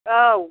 औ